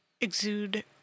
exude